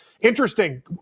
interesting